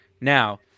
Now